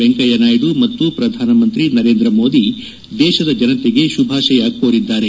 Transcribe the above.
ವೆಂಕಯ್ಯನಾಯ್ಲು ಮತ್ತು ಪ್ರಧಾನಮಂತ್ರಿ ನರೇಂದ್ರ ಮೋದಿ ದೇಶದ ಜನತೆಗೆ ಶುಭಾಶಯ ಕೋರಿದ್ದಾರೆ